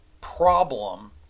problem